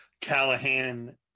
Callahan